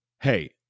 Hey